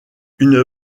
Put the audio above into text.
une